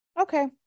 okay